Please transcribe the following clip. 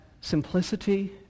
simplicity